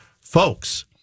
Folks